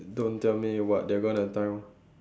don't tell me what they gonna time